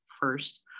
first